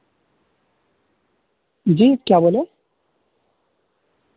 جی کیا بولے